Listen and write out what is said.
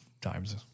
times